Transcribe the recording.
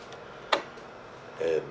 and